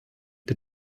der